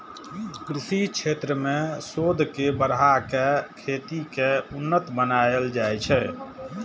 कृषि क्षेत्र मे शोध के बढ़ा कें खेती कें उन्नत बनाएल जाइ छै